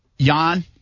Jan